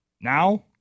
Now